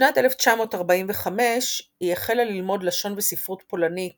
בשנת 1945 היא החלה ללמוד לשון וספרות פולנית